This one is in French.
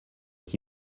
qui